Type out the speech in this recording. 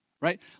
Right